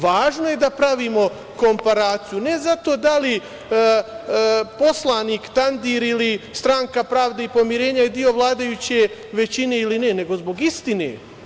Važno je da pravimo komparaciju ne zato da li poslanik Tandir ili stranka Pravde i pomirenja je deo vladajuće većine ili ne, nego zbog istine.